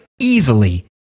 easily